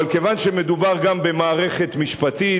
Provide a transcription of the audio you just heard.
אבל כיוון שמדובר גם במערכת משפטית,